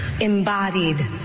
embodied